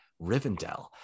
Rivendell